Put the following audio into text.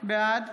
בעד